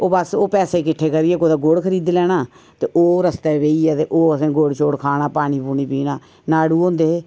ओह् बस ओह् पैसे किट्ठे करियै कुतै गुड़ खरीदी लैना ते ओह् रस्तै बेहियै ते ओह् असें गुड़ शुड़ खाना पानी पूनी पीना नाड़ू होंदे हे